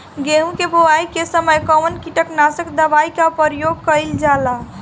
गेहूं के बोआई के समय कवन किटनाशक दवाई का प्रयोग कइल जा ला?